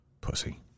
Pussy